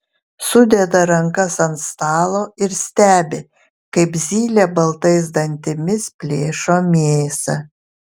sudeda rankas ant stalo ir stebi kaip zylė baltais dantimis plėšo mėsą